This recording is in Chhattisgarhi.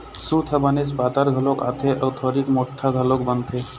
सूत ह बनेच पातर घलोक आथे अउ थोरिक मोठ्ठा घलोक बनथे